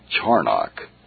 Charnock